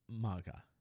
maga